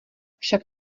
však